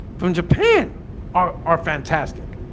from japan are are fantastic,